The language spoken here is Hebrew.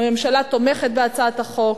הממשלה תומכת בהצעת החוק,